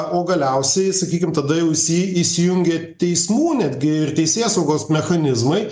o galiausiai sakykim tada jau įsi įsijungia teismų netgi ir teisėsaugos mechanizmai